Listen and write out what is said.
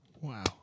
Wow